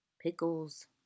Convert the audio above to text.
pickles